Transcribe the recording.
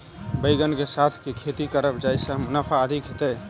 बैंगन कऽ साथ केँ खेती करब जयसँ मुनाफा अधिक हेतइ?